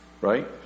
right